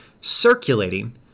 circulating